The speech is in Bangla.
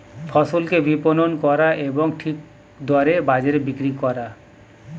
ফসলকে বিপণন করা এবং ঠিক দরে বাজারে বিক্রি করা